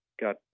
got